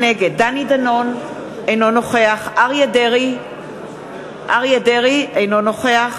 נגד דני דנון, אינו נוכח אריה דרעי, אינו נוכח